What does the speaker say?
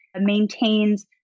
maintains